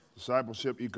Discipleship